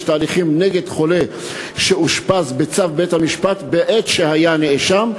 הליכים נגד חולה שאושפז בצו בית-המשפט בעת שהיה נאשם,